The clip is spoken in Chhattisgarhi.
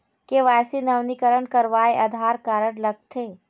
के.वाई.सी नवीनीकरण करवाये आधार कारड लगथे?